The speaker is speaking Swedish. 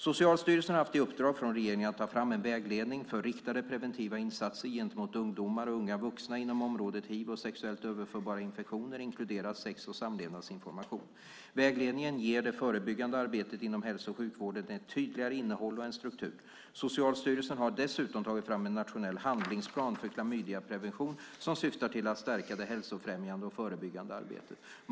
Socialstyrelsen har haft i uppdrag från regeringen att ta fram en vägledning för riktade preventiva insatser gentemot ungdomar och unga vuxna inom området hiv och sexuellt överförbara infektioner, inkluderat sex och samlevnadsinformation. Vägledningen ger det förebyggande arbetet inom hälso och sjukvården ett tydligare innehåll och en struktur. Socialstyrelsen har dessutom tagit fram en nationell handlingsplan för klamydiaprevention som syftar till att stärka det hälsofrämjande och förebyggande arbetet.